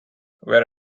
were